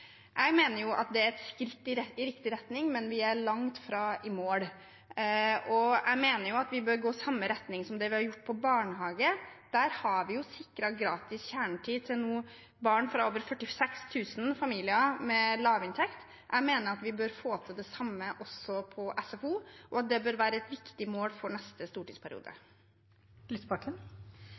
Jeg mener at det er et skritt i riktig retning, men vi er langt fra i mål, og jeg mener at vi bør gå i samme retning som det vi har gjort med barnehagene. Der har vi nå sikret gratis kjernetid til barn fra over 46 000 familier med lavinntekt. Jeg mener vi bør få til det samme også på SFO, og at det bør være et viktig mål for neste stortingsperiode.